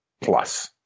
plus